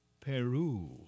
Peru